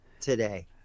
today